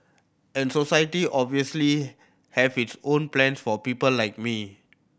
and society obviously have its own plans for people like me